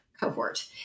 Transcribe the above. cohort